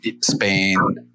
Spain